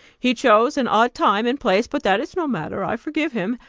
he chose an odd time and place but that is no matter i forgive him,